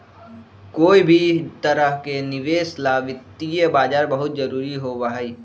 कोई भी तरह के निवेश ला वित्तीय बाजार बहुत जरूरी होबा हई